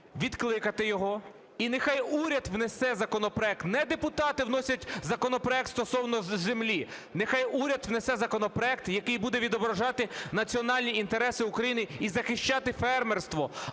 відкликати його і нехай уряд внесе законопроект, не депутати вносять законопроект стосовно землі, нехай уряд внесе законопроект, який буде відображати національні інтереси України і захищати фермерство,